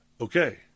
Okay